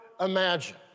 imagine